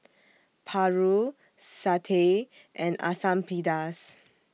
Paru Satay and Asam Pedas